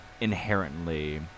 inherently